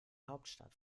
hauptstadt